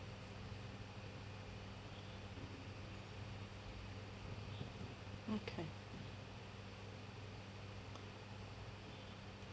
okay